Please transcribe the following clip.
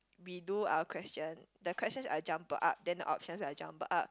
we do our question the questions are jumbled up then the options are jumbled up